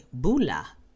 bula